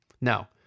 Now